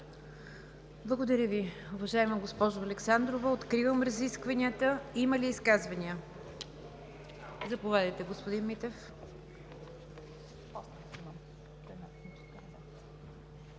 Благодаря Ви, уважаема госпожо Александрова. Откривам разискванията. Има ли изказвания? Заповядайте, господин Митев.